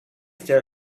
mrs